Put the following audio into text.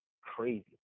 crazy